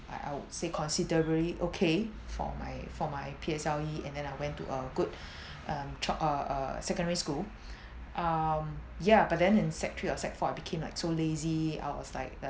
I I would say considerably okay for my for my P_S_L_E and then I went to a good um chok~ uh uh secondary school um yeah but then in sec three or sec four I became like so lazy I was like